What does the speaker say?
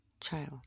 child